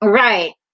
right